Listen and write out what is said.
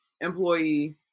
employee